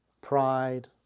pride